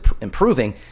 improving